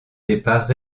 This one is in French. départ